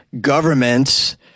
governments